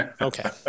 Okay